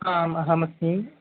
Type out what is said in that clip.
आम् अहमस्मि